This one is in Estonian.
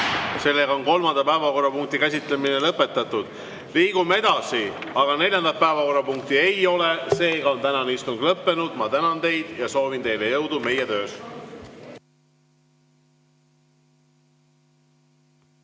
välja. Kolmanda päevakorrapunkti käsitlemine on lõpetatud. Liigume edasi, aga kuna neljandat päevakorrapunkti ei ole, on tänane istung lõppenud. Ma tänan teid ja soovin teile jõudu meie töös.